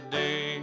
day